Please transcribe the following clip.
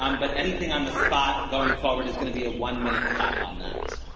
um but anything on the spot going forward is going to be a one minute cap on that.